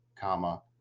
comma